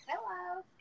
hello